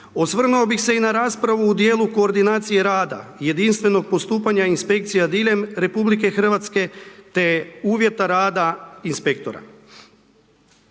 Osvrnuo bih se i na raspravu u dijelu koordinacije rada i jedinstvenog postupanja inspekcija diljem RH te uvjeta rada inspektora.